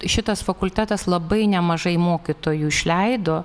šitas fakultetas labai nemažai mokytojų išleido